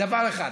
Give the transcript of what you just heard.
דבר אחד.